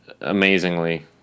amazingly